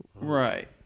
Right